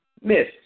Miss